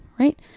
right